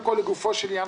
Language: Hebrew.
לגופו של עניין,